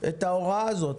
את ההוראה הזאת.